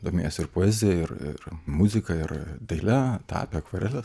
domėjosi ir poezija ir ir muzika ir daile tapė akvarele